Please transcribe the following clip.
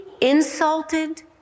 insulted